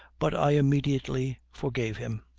but i immediately forgave him.